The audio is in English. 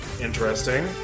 Interesting